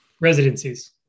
residencies